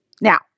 Now